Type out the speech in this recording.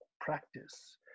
practice